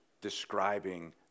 describing